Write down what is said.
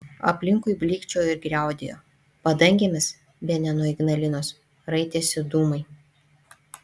aplinkui blykčiojo ir griaudėjo padangėmis bene nuo ignalinos raitėsi dūmai